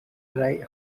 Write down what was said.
dry